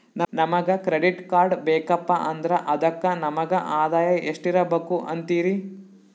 ನಮಗ credit card ಬೇಕಪ್ಪ ಅಂದ್ರ ಅದಕ್ಕ ನಮಗ ಆದಾಯ ಎಷ್ಟಿರಬಕು ಅಂತೀರಿ?